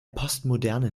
postmoderne